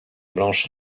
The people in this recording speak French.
blanches